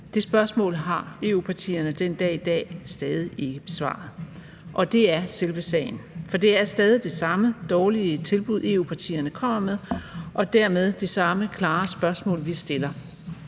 Det spørgsmål har EU-partierne den dag i dag stadig ikke besvaret, og det er selve sagen. For det er stadig det samme dårlige tilbud, EU-partierne kommer med, og dermed det samme klare spørgsmål, vi stiller: